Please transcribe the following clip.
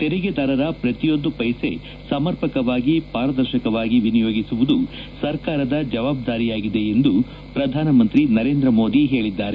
ತೆರಿಗೆದಾರರ ಪ್ರತಿಯೊಂದು ಪೈಸೆ ಹಣವನ್ನು ಸಮರ್ಪಕವಾಗಿ ಪಾರದರ್ಶಕವಾಗಿ ವಿನಿಯೋಗಿಸುವುದು ಸರ್ಕಾರದ ಜವಾಬ್ದಾರಿಯಾಗಿದೆ ಎಂದು ಪ್ರಧಾನಮಂತ್ರಿ ನರೇಂದ್ರ ಮೋದಿ ಹೇಳಿದ್ದಾರೆ